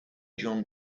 john